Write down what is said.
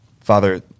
Father